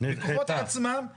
בכוחות עצמם.